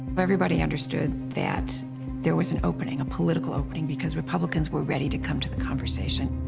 everybody understood that there was an opening, a political opening, because republicans were ready to come to the conversation.